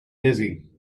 dizzy